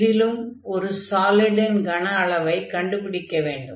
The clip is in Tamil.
இதிலும் ஒரு சாலிடின் கன அளவைக் கண்டுபிடிக்க வேண்டும்